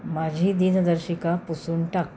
माझी दिनदर्शिका पुसून टाक